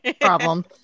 problem